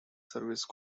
service